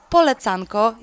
Polecanko